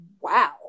wow